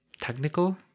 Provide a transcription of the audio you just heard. technical